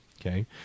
okay